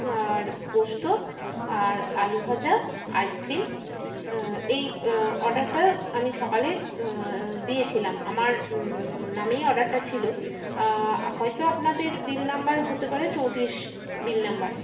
আর পোস্ত আর আলুভাজা আইসক্রিম এই অর্ডারটা আমি সকালে দিয়েছিলাম আমার নামেই অর্ডারটা ছিলো হয়তো আপনাদের বিল নাম্বার হতে পারে চৌত্রিশ বিল নাম্বার